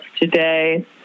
today